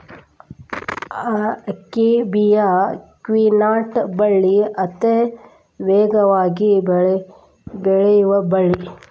akebia quinata ಬಳ್ಳಿ ಅತೇ ವೇಗವಾಗಿ ಬೆಳಿಯು ಬಳ್ಳಿ